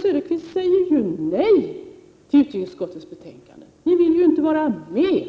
Söderqvist säger ju nej till utrikesutskottets förslag, ni vill ju inte vara med.